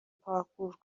پارکور